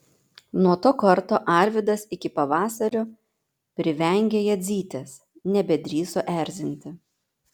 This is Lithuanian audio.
nuo to karto arvydas iki pavasario privengė jadzytės nebedrįso erzinti